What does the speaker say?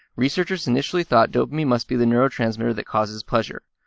researchers initially thought dopamine must be the neurotransmitter that causes pleasure.